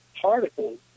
particles